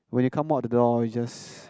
when you come out of the door you just